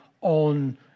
on